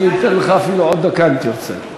אני אתן לך אפילו עוד דקה אם תרצה.